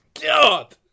god